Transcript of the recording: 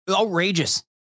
Outrageous